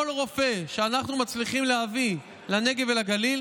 כל רופא שאנחנו מצליחים להביא לנגב ולגליל,